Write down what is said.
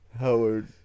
Howard